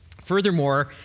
Furthermore